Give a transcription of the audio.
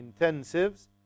intensives